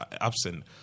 absent